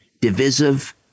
divisive